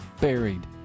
buried